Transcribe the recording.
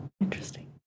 interesting